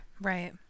Right